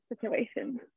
situation